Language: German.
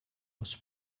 aus